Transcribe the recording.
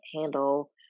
handle